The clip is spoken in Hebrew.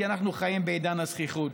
כי אנחנו חיים בעידן הזחיחות.